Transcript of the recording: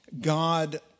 God